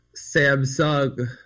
Samsung